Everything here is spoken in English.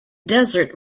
desert